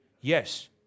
Yes